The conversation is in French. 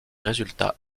résultats